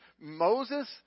Moses